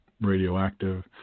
radioactive